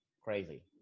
crazy